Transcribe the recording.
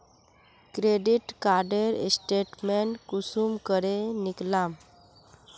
Credit कार्डेर statement कुंसम करे निकलाम?